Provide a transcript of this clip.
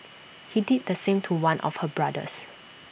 he did the same to one of her brothers